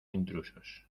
intrusos